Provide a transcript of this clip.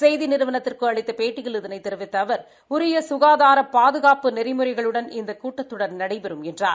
செய்தி நிறுவனத்துக்கு அளித்த பேட்டியில் இதனைத் தெிவித்த அவர் உரிய சுகாதார பாதுகாப்பு நெறிமுறைகளுடன் இந்த கூட்டத்தொடர் நடைபெறும் என்றார்